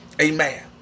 Amen